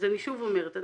אז אני שוב אומרת,